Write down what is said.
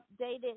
updated